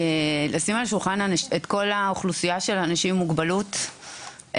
צריך לשים על השולחן את כל האוכלוסייה של אנשים עם מוגבלות וקשישים,